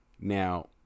Now